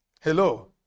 Hello